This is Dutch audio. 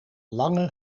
lange